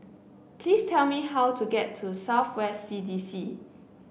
please tell me how to get to South West C D C